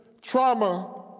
Trauma